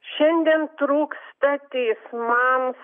šiandien trūksta teismams